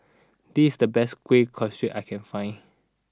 this the best Kueh Kasturi I can find